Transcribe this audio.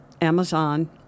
amazon